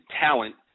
talent